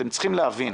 אתם צריכים להבין,